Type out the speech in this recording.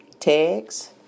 Tags